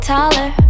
Taller